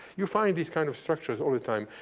you find these kind of structures all the time.